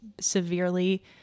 severely